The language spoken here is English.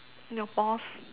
your boss